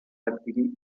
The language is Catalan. adquirir